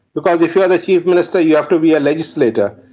because if you are the chief minister you have to be a legislator,